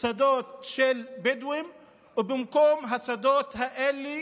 שדות של בדואים, ובמקום השדות האלה